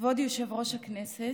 כבוד יושב-ראש הכנסת,